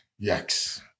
Yikes